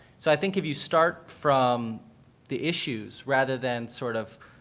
so i think if you start from the issues rather than sort of,